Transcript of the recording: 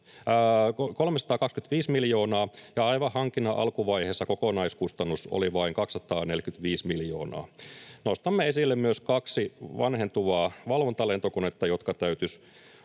325 miljoonaa, ja aivan hankinnan alkuvaiheessa kokonaiskustannus oli vain 245 miljoonaa. Nostamme esille myös kaksi vanhentuvaa valvontalentokonetta, jotka täytyisi